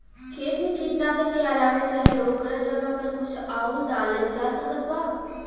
खेत मे कीटनाशक के अलावे चाहे ओकरा जगह पर कुछ आउर डालल जा सकत बा?